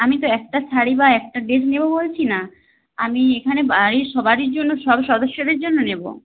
আমি তো একটা শাড়ি বা একটা ড্রেস নেবো বলছি না আমি এখানে বাড়ির সবারই জন্য সব সদস্যদের জন্য নেবো